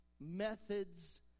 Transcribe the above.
methods